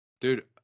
Dude